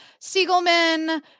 Siegelman